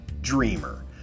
dreamer